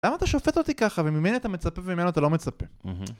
למה אתה שופט אותי ככה, וממני אתה מצפה וממנו אתה לא מצפה?